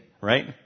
right